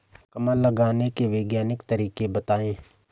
कमल लगाने के वैज्ञानिक तरीके बताएं?